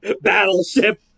Battleship